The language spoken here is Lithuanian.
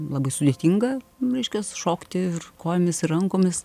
labai sudėtinga reiškias šokti ir kojomis rankomis